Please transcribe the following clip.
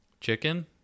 chicken